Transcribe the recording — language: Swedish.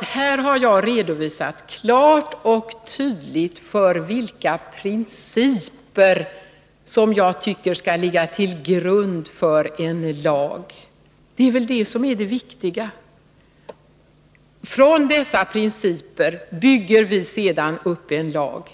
Här har jag klart och tydligt redogjort för vilka principer som jag tycker skall ligga till grund för en lag. Det är väl det som är det viktiga? På dessa principer bygger vi sedan upp en lag.